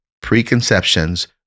preconceptions